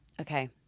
okay